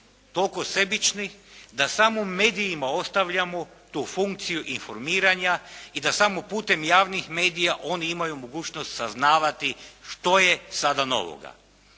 toliko sebični da samo medijima ostavljamo tu funkciju informiranja i da samo putem javnih medija oni imaju mogućnost saznavati što je sada novoga.